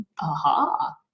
aha